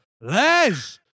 les